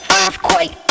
earthquake